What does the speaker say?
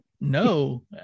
no